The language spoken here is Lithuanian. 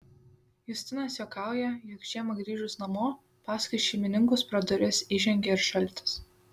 justinas juokauja jog žiemą grįžus namo paskui šeimininkus pro duris įžengia ir šaltis